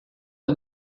que